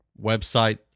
website